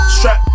Strap